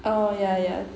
oh ya ya